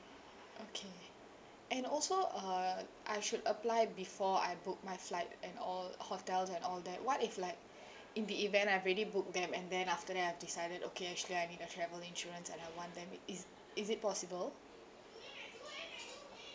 okay and also uh I should apply before I book my flight and all hotels and all that what if like in the event I've already booked them and then after that I've decided okay actually I need a travel insurance and I want them i~ is is it possible